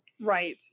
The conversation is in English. Right